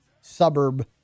suburb